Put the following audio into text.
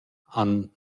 han